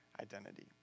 identity